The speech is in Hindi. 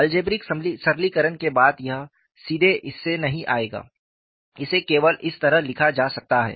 अलजेब्रिक सरलीकरण के बाद यह सीधे इससे नहीं आएगा इसे केवल इस तरह लिखा जा सकता है